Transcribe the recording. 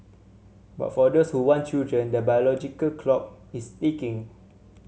but for those who want children the biological clock is ticking